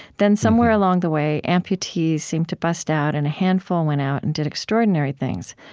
then somewhere along the way, amputees seemed to bust out and a handful went out and did extraordinary things,